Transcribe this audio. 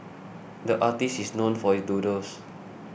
the artist is known for his doodles